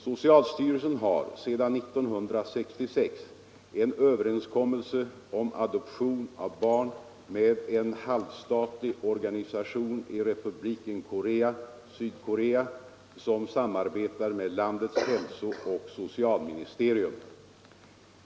Socialstyrelsen har sedan 1966 en överenskommelse om adoption av barn med en halvstatlig organisation i Republiken Korea, Sydkorea, som samarbetar med landets hälsooch socialministerium.